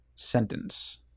sentence